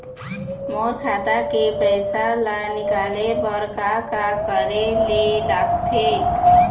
मोर खाता के पैसा ला निकाले बर का का करे ले लगथे?